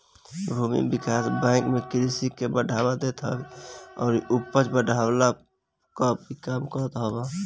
भूमि विकास बैंक कृषि के बढ़ावा देत हवे अउरी उपज के बढ़वला कअ काम भी करत हअ